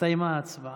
הסתיימה ההצבעה.